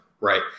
right